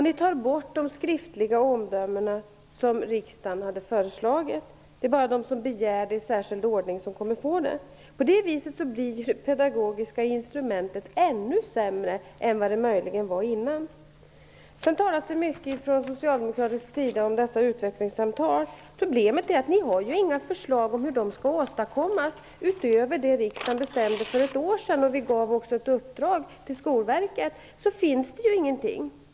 Ni tar bort de skriftliga omdömen som riksdagen föreslagit. Det är bara de som i särskild ordning begär skriftliga omdömen som kommer att få sådana. På det viset blir det pedagogiska instrumentet ännu sämre än det möjligen var innan. Från socialdemokratisk sida talas det mycket om utvecklingssamtalen. Problemet är att ni inte har några förslag utöver vad riksdagen bestämde för ett år sedan - vi gav också ett uppdrag till Skolverket - om hur de skall åstadkommas.